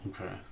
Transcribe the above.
Okay